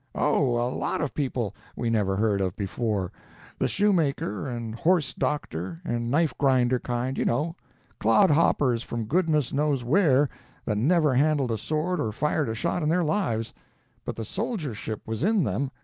oh, a lot of people we never heard of before the shoemaker and horse-doctor and knife-grinder kind, you know clodhoppers from goodness knows where that never handled a sword or fired a shot in their lives but the soldiership was in them,